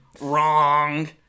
wrong